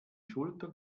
schulter